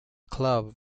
club